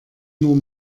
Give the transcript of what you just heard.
nur